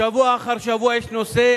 שבוע אחר שבוע נושא